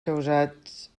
causats